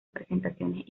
presentaciones